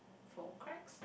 four cracks